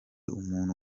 umuntu